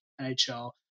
NHL